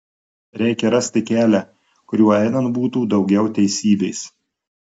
reikia rasti kelią kuriuo einant būtų daugiau teisybės